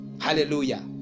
Hallelujah